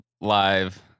live